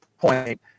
point